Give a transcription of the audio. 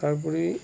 তাৰোপৰি